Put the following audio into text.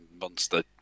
monster